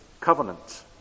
covenant